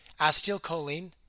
acetylcholine